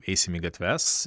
eisim į gatves